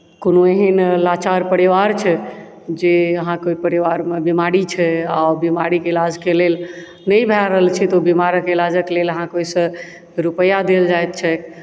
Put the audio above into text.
कोनो एहन लाचार परिवार छै जे अहाँके ओहि परिवारमे बीमारी छै आओर ओहि बीमारीके इलाजके लेल नहि भऽ रहल छै तऽ ओहि बीमारक इलाजक लेल अहाँके ओहिसँ रुपैआ देल जाइत छैक